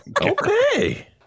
Okay